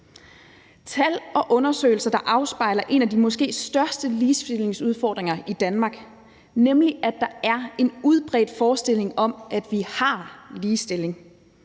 tal og undersøgelser, der afspejler en af de måske største ligestillingsudfordringer i Danmark, nemlig at der er en udbredt forestilling om, at vi har ligestilling.